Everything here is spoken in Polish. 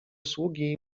sługi